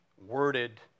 worded